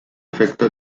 efecto